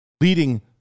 leading